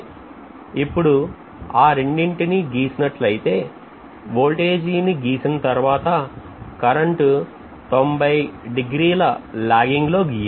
ఇప్పుడు ఆ రెండింటినీ గీసినట్లు అయితే వోల్టేజీ ని తీసిన తర్వాత కరెంటు 90 డిగ్రీల lagging లో గీయ్యాలి